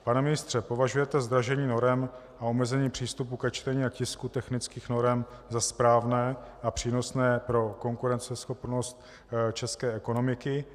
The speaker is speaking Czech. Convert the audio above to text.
Pane ministře, považujete zdražení norem a omezení přístupu ke čtení a tisku technických norem za správné a přínosné pro konkurenceschopnost české ekonomiky?